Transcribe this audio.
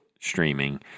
streaming